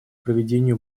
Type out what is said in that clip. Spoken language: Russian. проведению